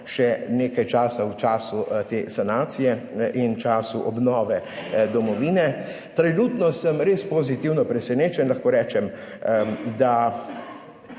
še nekaj časa v času te sanacije in v času obnove domovine. Trenutno sem res pozitivno presenečen, lahko rečem, nad